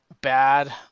bad